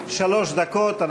בעוד שלוש דקות,